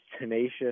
tenacious